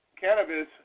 cannabis